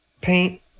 paint